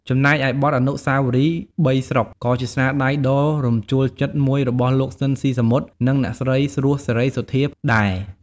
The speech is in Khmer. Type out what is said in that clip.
ចំណែកឯបទ អនុស្សាវរីយ៍បីស្រុក ក៏ជាស្នាដៃដ៏រំជួលចិត្តមួយរបស់លោក ស៊ីន ស៊ីសាមុត និងអ្នកស្រី រស់ សេរីសុទ្ធាដែរ។